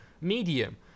medium